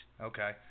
Okay